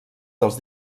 dels